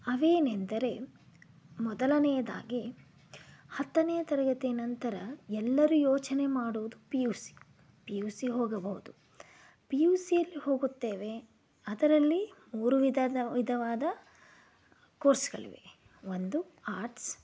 ಅವೇನೆಂದರೆ ಮೊದಲನೇದಾಗಿ ಹತ್ತನೇ ತರಗತಿಯ ನಂತರ ಎಲ್ಲರೂ ಯೋಚನೆ ಮಾಡುವುದು P U C P U C ಹೋಗಬಹುದು ಪಿ ಯು ಸಿಯಲ್ಲಿ ಹೋಗುತ್ತೇವೆ ಅದರಲ್ಲಿ ಮೂರು ವಿಧದ ವಿಧವಾದ ಕೋರ್ಸ್ಗಳಿವೆ ಒಂದು ಆರ್ಟ್ಸ್